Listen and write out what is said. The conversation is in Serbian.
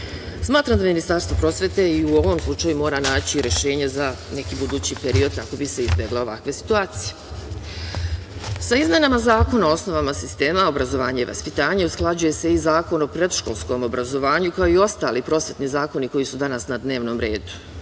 napamet. Smatram da Ministarstvo prosvete i u ovom slučaju mora naći rešenje za neki budući period kako bi se izbegle ovakve situacije. Sa izmenama Zakona o osnovama sistema obrazovanja i vaspitanja usklađuje se i Zakon o predškolskom obrazovanju, kao i ostali prosvetni zakoni koji su danas na dnevnom